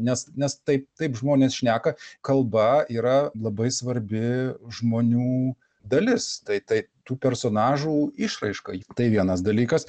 nes nes taip taip žmonės šneka kalba yra labai svarbi žmonių dalis tai tai tų personažų išraiška tai vienas dalykas